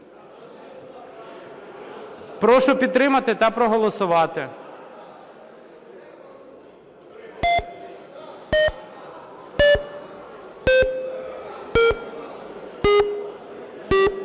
Прошу підтримати та проголосувати.